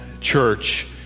church